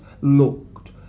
looked